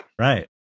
Right